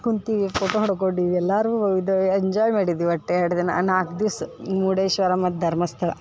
ಕುಂತಿ photo ಹೊಡ್ಕೊಂಡ್ವಿ ಎಲ್ಲರೂ ಇದು ಎಂಜಾಯ್ ಮಾಡಿದ್ರು ಒಟ್ಟು ಎರಡು ದಿನ ನಾಲ್ಕು ದಿವಸ ಮುರ್ಡೇಶ್ವರ ಮತ್ತು ಧರ್ಮಸ್ಥಳ